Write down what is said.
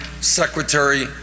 Secretary